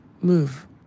move